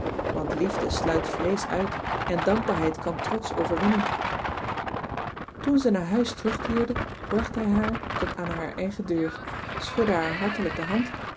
want liefde sluit vrees uit en dankbaarheid kan trots overwinnen toen ze naar huis terugkeerde bracht hij haar tot aan haar eigen deur schudde haar hartelijk de hand